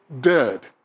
dead